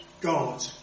God